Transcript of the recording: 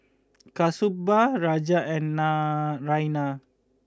Kasturba Raja and Naraina